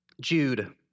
Jude